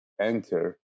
enter